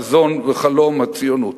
חזון וחלום הציונות.